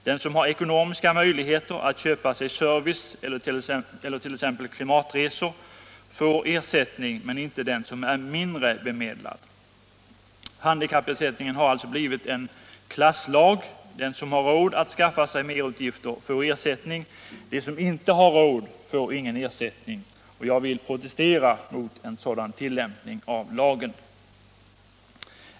Den som har ekonomiska möjligheter att köpa sig service eller t.ex. klimatresor får ersättning, men inte den som är mindre bemedlad. Handikappersättningen har alltså blivit en klasslag. Den som har råd att skaffa sig merutgifter får ersättning, men den som inte har råd får ingen ersättning. Jag vill protestera mot en sådan tillämpning av lagen.